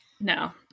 No